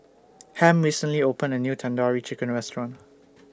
Ham recently opened A New Tandoori Chicken Restaurant